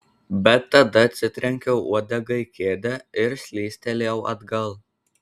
bet tada atsitrenkiau uodega į kėdę ir slystelėjau atgal